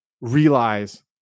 realize